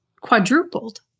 quadrupled